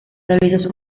realizó